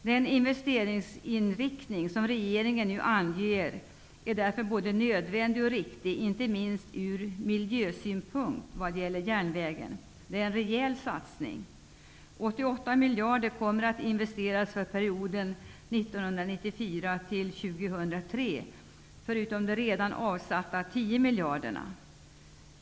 Den investeringsinriktning som regeringen nu anger är därför både nödvändig och riktig, inte minst ur miljösynpunkt när det gäller järnvägen. Det är en rejäl satsning. 88 miljarder kronor kommer att investeras under perioden 1994--2003 förutom redan avsatta 10 miljarder.